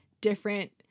different